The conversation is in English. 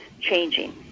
changing